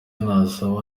nabasaba